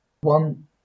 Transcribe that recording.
one